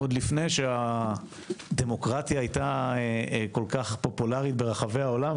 עוד לפני שהדמוקרטיה הייתה כל כך פופולרית ברחבי העולם,